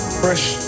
fresh